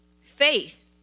Faith